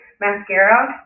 mascara